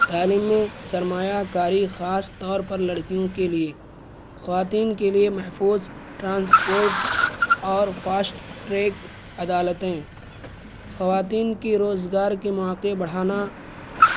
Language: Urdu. تعلیم میں سرمایہ کاری خاص طور پر لڑکیوں کے لیے خواتین کے لیے محفوظ ٹرانسپورٹ اور فاسٹ ٹریک عدالتیں خواتین کی روزگار کے مواقع بڑھانا